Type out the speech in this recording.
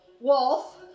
wolf